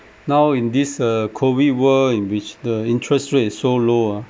now in this uh COVID world in which the interest rate is so low ah